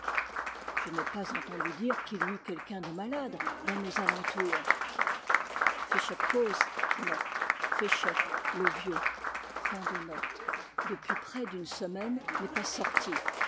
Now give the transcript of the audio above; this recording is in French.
je n'ai pas entendu dire qu'il y eût quelqu'un de malade dans nos alentours féchec cozl depuis près d'une semaine n'est pas sorti